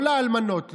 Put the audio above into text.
לא לאלמנות,